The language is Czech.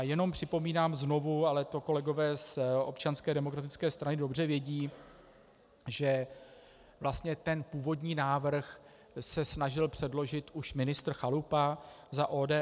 Jenom připomínám znovu, ale to kolegové z Občanské demokratické strany dobře vědí, že vlastně ten původní návrh se snažil předložit už ministr Chalupa za ODS.